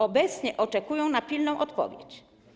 Obecnie oczekują na pilną odpowiedź.